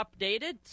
updated